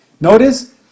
Notice